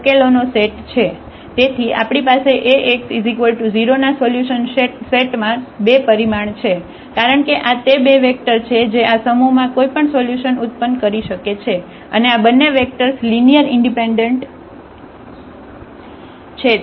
તેથી આપણી પાસે Ax 0 ના સોલ્યુશન સેટમાં 2 પરિમાણ છે કારણ કે આ તે બે વેક્ટર છે જે આ સમૂહમાં કોઈપણ સોલ્યુશન ઉત્પન્ન કરી શકે છે અને આ બંને વેક્ટર્સ લિનિયર ઇન્ડિપેન્ડન્ટ છે